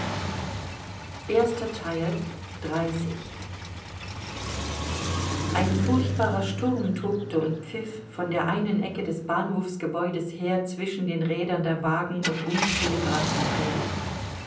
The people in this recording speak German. ein furchtbarer sturm tobte und pfiff von der einen ecke des bahnhofsgebäudes her zwischen den rädern der wagen und um die